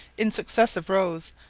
in successive rows,